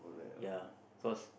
ya cause